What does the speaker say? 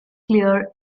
clear